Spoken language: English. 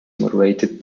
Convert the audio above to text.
moderated